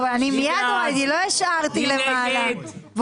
אני יודעת שלצערי הרב החוק הזה מתעסק בנושא של היועצים